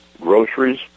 groceries